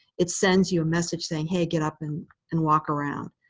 it sends you a message saying, hey, get up and and walk around.